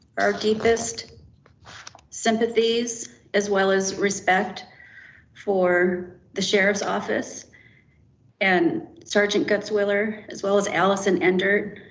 our deepest sympathies as well as respect for the sheriff's office and sergeant gutzwiller, as well as allison endert.